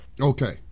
Okay